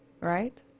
right